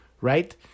right